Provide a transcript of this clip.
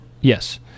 Yes